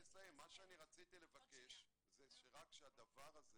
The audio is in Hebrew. רציתי להתייחס לסעיף 18. כשדיברנו על הסעיף